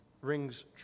rings